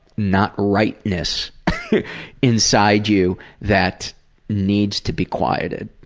not rightness inside you that needs to be quieted.